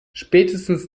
spätestens